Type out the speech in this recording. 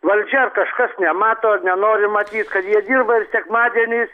valdžia kažkas nemato nenori matyti kad jie dirba ir sekmadieniais